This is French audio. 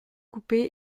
couper